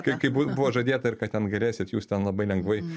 ka kaip bu buvo žadėta ir kad ten galėsit jūs ten labai lengvai